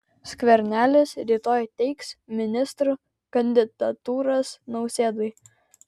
skvernelis rytoj teiks ministrų kandidatūras nausėdai